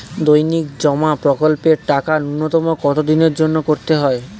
দৈনিক জমা প্রকল্পের টাকা নূন্যতম কত দিনের জন্য করতে হয়?